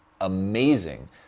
amazing